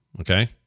Okay